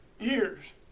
years